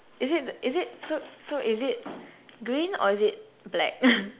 is it is it so is it green or is it black